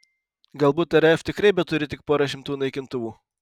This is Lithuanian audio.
galbūt raf tikrai beturi tik porą šimtų naikintuvų